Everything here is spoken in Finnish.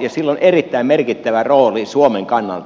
ja sillä on erittäin merkittävä rooli suomen kannalta